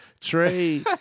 Trey